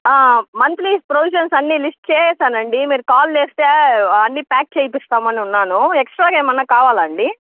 monthly provisions అన్నీ list చేసేసానండి మీరు కాల్ చేస్తే అన్ని ప్యాక్ చేయిస్తామని ఉన్నాను ఎక్స్ట్రా ఏమైనా కావాలా అండి